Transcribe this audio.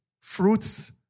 fruits